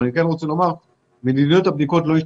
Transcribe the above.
אני כן רוצה לומר שמדיניות הבדיקות לא השתנתה.